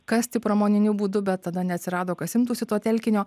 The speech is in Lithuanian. kasti pramoniniu būdu bet tada neatsirado kas imtųsi to telkinio